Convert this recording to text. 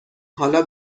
حالا